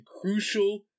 crucial